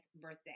birthday